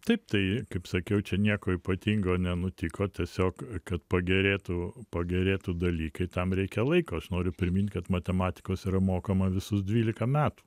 taip tai kaip sakiau čia nieko ypatingo nenutiko tiesiog kad pagerėtų pagerėtų dalykai tam reikia laiko aš noriu primint kad matematikos yra mokama visus dvylika metų